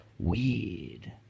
Weird